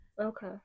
Okay